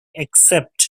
except